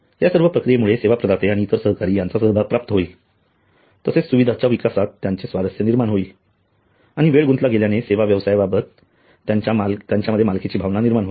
या सर्व प्रक्रियेमुळे सेवा प्रदाते आणि इतर सहकारी यांचा सहभाग प्राप्त होईल तसेच सुविधेच्या विकासात त्यांचे स्वारस्य निर्माण होईल आणि वेळ गुंतला गेल्याने सेवा व्यवसायाबाबत त्यांच्यामध्ये मालकीची भावना निर्माण होईल